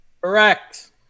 Correct